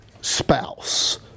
spouse